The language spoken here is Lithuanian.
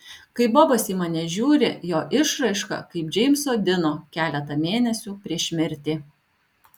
kai bobas į mane žiūri jo išraiška kaip džeimso dino keletą mėnesių prieš mirtį